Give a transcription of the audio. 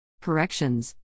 Corrections